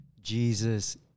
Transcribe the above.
Jesus